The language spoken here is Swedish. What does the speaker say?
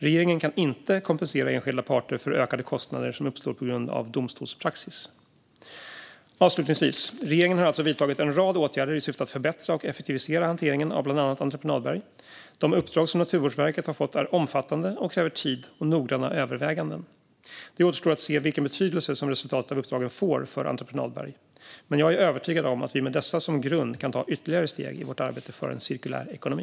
Regeringen kan inte kompensera enskilda parter för ökade kostnader som uppstår på grund av domstolspraxis. Avslutningsvis, regeringen har alltså vidtagit en rad åtgärder i syfte att förbättra och effektivisera hanteringen av bland annat entreprenadberg. De uppdrag som Naturvårdsverket har fått är omfattande och kräver tid och noggranna överväganden. Det återstår att se vilken betydelse som resultatet av uppdragen får för entreprenadberg. Men jag är övertygad om att vi med dessa som grund kan ta ytterligare steg i vårt arbete för en cirkulär ekonomi.